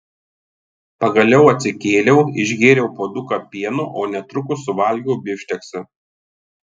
pagaliau atsikėliau išgėriau puoduką pieno o netrukus suvalgiau bifšteksą